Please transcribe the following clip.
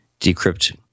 decrypt